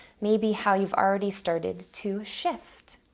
maybe how you've already started to shift.